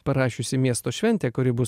parašiusi miesto šventė kuri bus